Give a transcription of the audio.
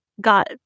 got